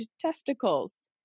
testicles